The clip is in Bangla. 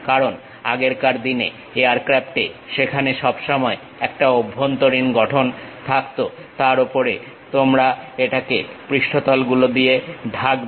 কারণ আগেকার দিনে এয়ারক্রাফটে সেখানে সব সময় একটা অভ্যন্তরীণ গঠন থাকতো তার ওপরে তোমরা এটাকে পৃষ্ঠতলগুলো দিয়ে ঢাকবে